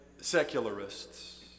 secularists